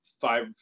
five